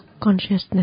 consciousness